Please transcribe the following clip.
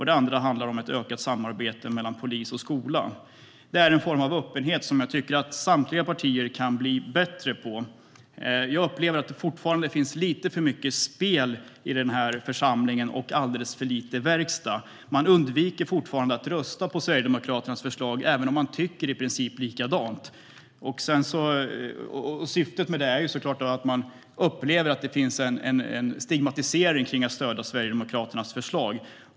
Den andra handlar om ett ökat samarbete mellan polis och skola. Det är en form av öppenhet som jag tycker att samtliga partier kan bli bättre på. Jag upplever att det fortfarande finns lite för mycket spel i den här församlingen och alldeles för lite verkstad. Man undviker fortfarande att rösta på förslag från Sverigedemokraterna, även om man tycker i princip likadant. Syftet med det är såklart att man upplever att det finns en stigmatisering kring att stödja Sverigedemokraternas förslag.